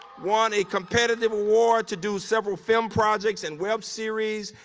won a competitive award to do several film projects and web series,